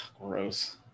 Gross